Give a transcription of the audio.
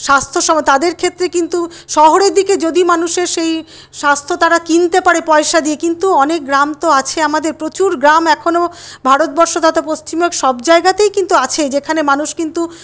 তাদের ক্ষেত্রে কিন্তু শহরের দিকে যদি মানুষের সেই স্বাস্থ্য তারা কিনতে পারে পয়সা দিয়ে কিন্তু অনেক গ্রাম তো আছে আমাদের প্রচুর গ্রাম এখনও ভারতবর্ষ তথা পশ্চিমবঙ্গ সব জায়গাতেই কিন্তু আছে যেখানে মানুষ কিন্তু